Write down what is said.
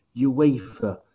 UEFA